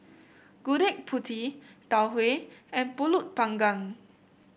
Gudeg Putih Tau Huay and pulut panggang